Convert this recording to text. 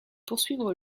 poursuivre